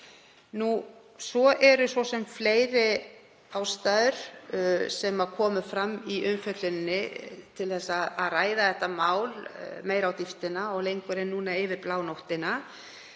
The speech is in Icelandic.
Það eru svo sem fleiri ástæður sem komu fram í umfjölluninni til að ræða þetta mál meira á dýptina og lengur en nú yfir blánóttina.